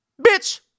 Bitch